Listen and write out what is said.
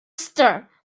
stir